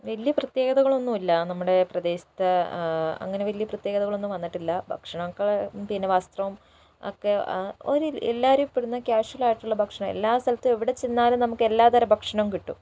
വല്ല്യ പ്രത്യേകതകളൊന്നുമില്ല നമ്മുടെ പ്രദേശത്ത് അങ്ങനെ വല്ല്യ പ്രത്യേകതകളൊന്നും വന്നിട്ടില്ല ഭക്ഷണം ഒക്കെ പിന്നേ വസ്ത്രവും ഒക്കെ ഒരു എല്ലാവരും ഇപ്പം ഇടുന്ന കാഷ്വൽ ആയിട്ടുള്ള ഭക്ഷ എല്ലാ സ്ഥലത്തും എവിടെ ചെന്നാലും നമുക്ക് എല്ലാ തരം ഭക്ഷണവും കിട്ടും